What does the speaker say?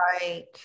Right